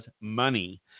money